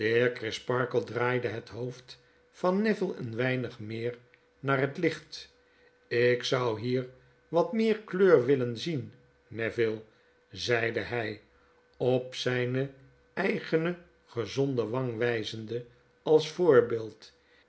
crisparkle draaide het hoofd van neville een weinig meer naar het licht ik zou hier wat meer kleur willen zien neville zeide hy op zijne eigene gezonde wang wyzende a s voorbeeld